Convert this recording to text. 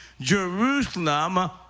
Jerusalem